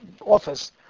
office